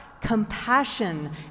compassion